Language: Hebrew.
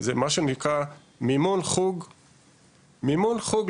זה נקרא מימון חוג לכל